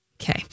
Okay